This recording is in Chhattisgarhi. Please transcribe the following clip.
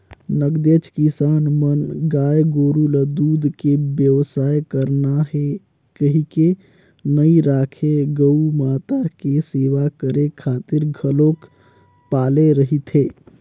नगदेच किसान मन गाय गोरु ल दूद के बेवसाय करना हे कहिके नइ राखे गउ माता के सेवा करे खातिर घलोक पाले रहिथे